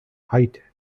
height